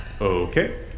Okay